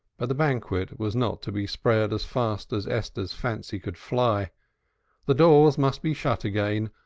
but the banquet was not to be spread as fast as esther's fancy could fly the doors must be shut again,